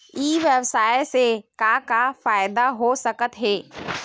ई व्यवसाय से का का फ़ायदा हो सकत हे?